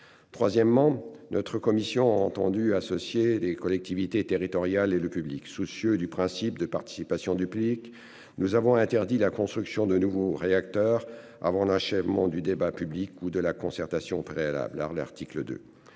Troisièmement, notre commission entendu. Des collectivités territoriales et le public soucieux du principe de participation duplique. Nous avons interdit la construction de nouveaux réacteurs avant l'achèvement du débat public ou de la concertation préalable à l'article 2.